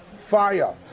Fire